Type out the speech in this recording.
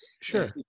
sure